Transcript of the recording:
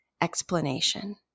explanation